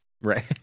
Right